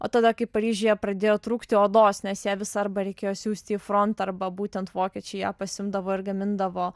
o tada kai paryžiuje pradėjo trūkti odos nes ją visą arba reikėjo siųsti į frontą arba būtent vokiečiai ją pasiimdavo ir gamindavo